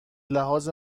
لحاظ